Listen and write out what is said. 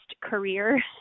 career